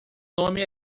nome